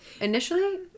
initially